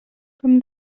from